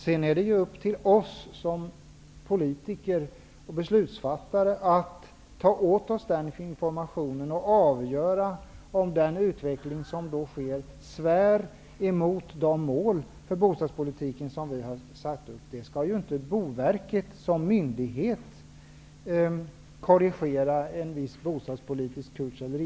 Sedan är det upp till oss politiker och beslutsfattare att ta åt oss den informationen och avgöra om den utveckling som sker svär emot de mål för bostadspolitiken som vi har satt upp. Boverket som myndighet skall inte korrigera en viss bostadspolitisk kurs.